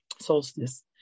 solstice